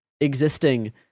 existing